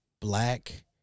black